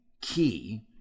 key